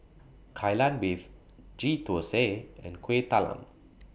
Kai Lan Beef Ghee Thosai and Kueh Talam